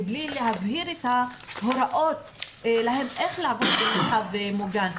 מבלי להבהיר את ההוראות איך לעבוד במרחב מוגן,